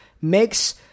makes